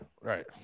right